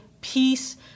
peace